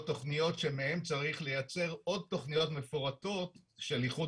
תכניות שמהן צריך לייצר עוד תכניות מפורטות של איחוד